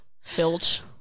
Filch